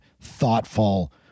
thoughtful